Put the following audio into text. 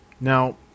Now